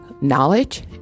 knowledge